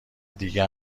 دیگه